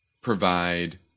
provide